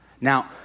Now